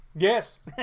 Yes